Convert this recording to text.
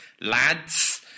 lads